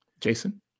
Jason